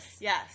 Yes